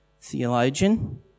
theologian